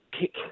kick